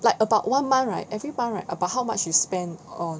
like about one month right every month right about how much you spend on